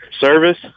service